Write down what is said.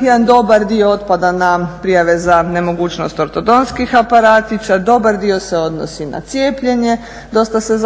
jedan dobar dio otpada na prijave za nemogućnost ortodonskih aparatića, dobar dio se odnosi na cijepljenje, dosta se